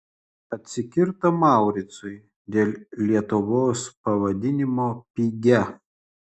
atsikirto mauricui dėl lietuvos pavadinimo pigia